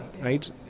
right